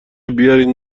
بیارین